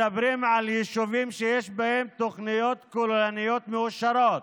מדברים על יישובים שיש בהם תוכניות כוללניות מאושרות,